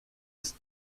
ist